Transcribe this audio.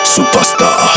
Superstar